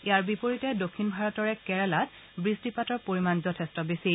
ইয়াৰ বিপৰীতে দক্ষিণ ভাৰতৰে কেৰালাত বৃষ্টিপাতৰ পৰিমাণ যথেষ্ট বেছি